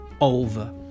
over